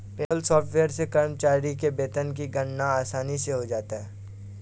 payroll software से कर्मचारी के वेतन की गणना आसानी से हो जाता है